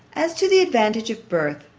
as to the advantage of birth,